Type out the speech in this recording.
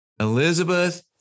Elizabeth